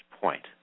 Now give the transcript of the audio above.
point